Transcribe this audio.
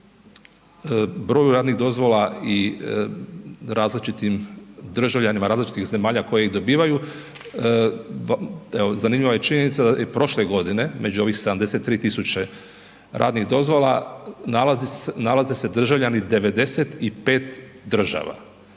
broju radnih dozvola i različitim državljanima različitih zemalja koji ih dobivaju, evo, zanimljiva je činjenica da je prošle godine, među ovih 73 tisuće radnih dozvola, nalaze se državljani 95 država.